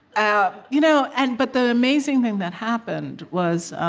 ah you know and but the amazing thing that happened was,